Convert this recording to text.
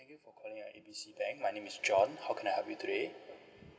thank you for calling our A B C bank my name is john how can I help you today